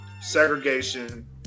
segregation